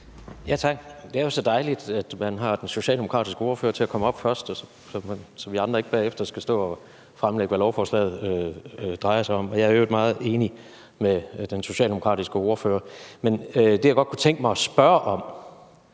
Tak. Det er så dejligt, at man har den socialdemokratiske ordfører til at komme op først, så vi andre ikke bagefter skal fremlægge, hvad lovforslaget drejer sig om. Jeg er i øvrigt meget enig med den socialdemokratiske ordfører. Det, jeg godt kunne tænke mig at spørge om,